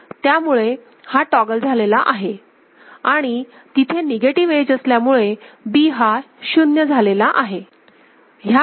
त्यामुळे हा टॉगल झालेला आहे आणि तिथे निगेटिव्ह एज असल्यामुळे B हा शून्य झालेला आहे